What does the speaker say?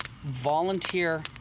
volunteer